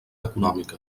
econòmica